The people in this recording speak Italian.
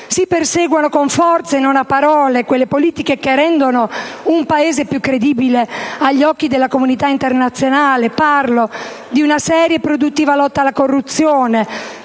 si perseguano con forza e non a parole quelle politiche che rendono un Paese più credibile agli occhi della comunità internazionale? Mi riferisco ad una seria e produttiva lotta alla corruzione,